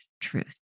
truth